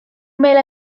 meile